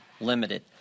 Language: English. limited